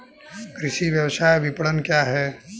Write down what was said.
कृषि व्यवसाय विपणन क्या है?